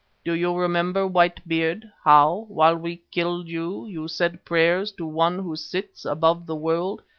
do you remember, white beard, how, while we killed you, you said prayers to one who sits above the world,